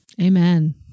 amen